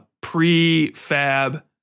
pre-fab